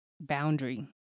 boundary